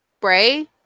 Bray